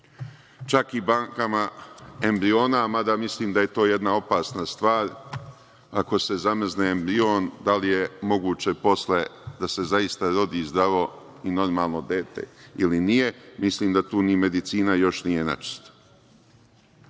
čak i bankama embriona, mada mislim da je to jedna opasna stvar. Ako se zamrzne embrion, da li je moguće posle da se zaista rodi zdravo i normalno dete ili nije? Mislim da tu ni medicina još nije načisto.